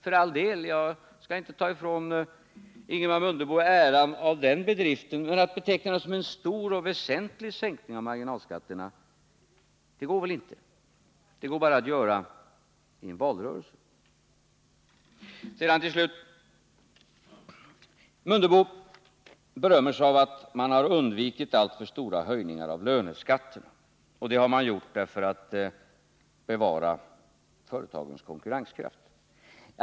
För all del — jag skall inte ta ifrån Ingemar Mundebo äran av den bedriften, men att beteckna det som en stor och väsentlig sänkning av marginalskatterna går väl ändå inte. Det kan man bara göra i en valrörelse. Till slut! Ingemar Mundebo berömmer sig över att man undvikit alltför stora höjningar av löneskatterna. Det har man gjort för att bevara företagens konkurrenskraft.